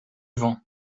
vans